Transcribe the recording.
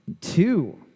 two